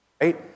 right